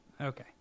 Okay